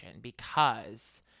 because-